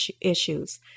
issues